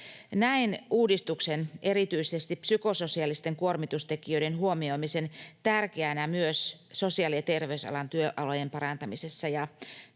Näen erityisesti uudistuksen psykososiaalisten kuormitustekijöiden huomioimisen tärkeänä myös sosiaali- ja terveysalan työolojen parantamisessa —